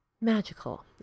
magical